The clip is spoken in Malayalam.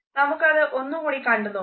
നമുക്കത് ഒന്നുകൂടി കണ്ടു നോക്കാം